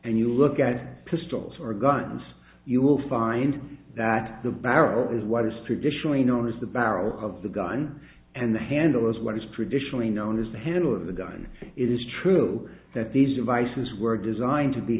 and you look at pistols or guns you will find that the barrel is what is traditionally known as the barrel of the gun and the handle is what is traditionally known as the handle of the gun it is true that these devices were designed to be